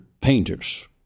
painters